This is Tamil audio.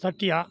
சத்யா